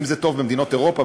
ואם זה טוב במדינות אירופה,